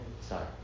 Sorry